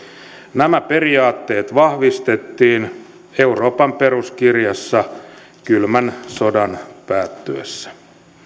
nämä periaatteet vahvistettiin euroopan peruskirjassa kylmän sodan päättyessä